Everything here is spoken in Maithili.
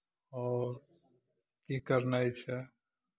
आओर की करनाइ छै